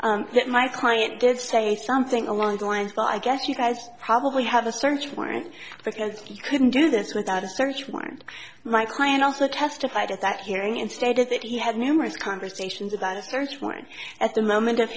that my client did say something along the lines but i guess you guys probably have a search warrant because you couldn't do this without a search warrant my client also testified at that hearing and stated that he had numerous conversations about a search warrant at the moment of